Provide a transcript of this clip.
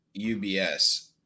UBS